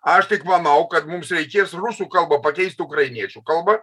aš tik manau kad mums reikės rusų kalbą pakeisti ukrainiečių kalba